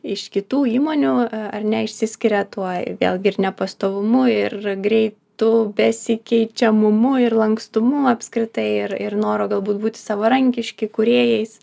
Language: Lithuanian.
iš kitų įmonių ar ne išsiskiria tuo vėlgi ir nepastovumu ir greitu besikeičiamumu ir lankstumu apskritai ir ir noro galbūt būt savarankiški kūrėjais